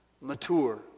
mature